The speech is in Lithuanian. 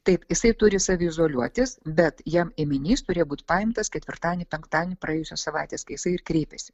taip jisai turi saviizoliuotis bet jam ėminys turėjo būt paimtas ketvirtadienį penktadienį praėjusios savaitės kai jisai ir kreipėsi